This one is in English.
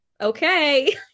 okay